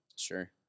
sure